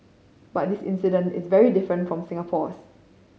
but this incident is very different from Singapore's